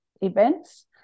events